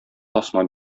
тасма